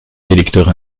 électeurs